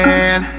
Man